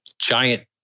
giant